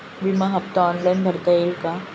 विमा हफ्ता ऑनलाईन भरता येईल का?